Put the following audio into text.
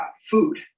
food